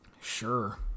Sure